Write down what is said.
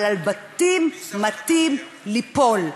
אבל בבתים מטים ליפול,